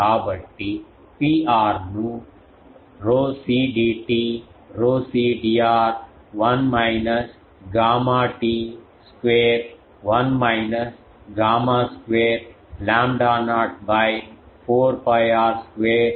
కాబట్టి Pr ను ρcdt ρcdr 1 minus gamma t square 1 minus gamma square lambda naught by 4 𝜋 R square Dt Dr